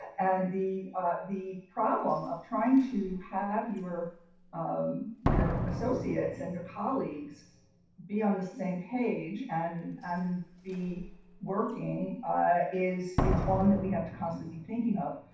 and the the problem of trying to have your um your associates and your colleagues be on the same page and um be working is, it's one that we have to constantly be thinking of.